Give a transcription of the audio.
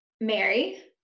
Mary